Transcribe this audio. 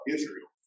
Israel